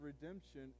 redemption